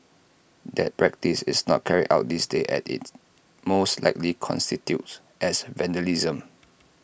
that practice is not carried out these days as IT most likely constitutes as vandalism